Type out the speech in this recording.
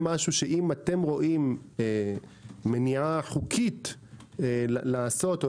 שאם אתם רואים מניעה חוקית לעשות או